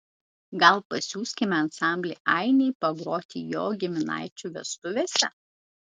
gal pasiųskime ansamblį ainiai pagroti jo giminaičių vestuvėse